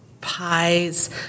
pies